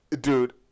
Dude